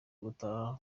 gutaha